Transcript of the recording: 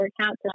account